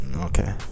Okay